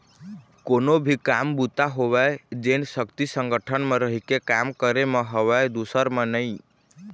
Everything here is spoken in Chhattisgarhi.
कोनो भी काम बूता होवय जेन सक्ति संगठन म रहिके काम करे म हवय दूसर म नइ